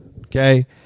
okay